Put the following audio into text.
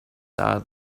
saw